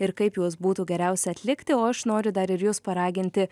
ir kaip juos būtų geriausia atlikti o aš noriu dar ir jus paraginti